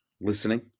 listening